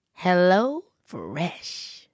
HelloFresh